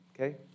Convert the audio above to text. Okay